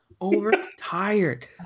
Overtired